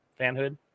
fanhood